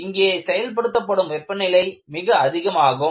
இங்கே செயல்படுத்தப்படும் வெப்பநிலை மிக அதிகமாகும்